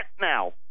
now